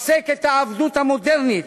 הפסק את העבדות המודרנית